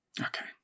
Okay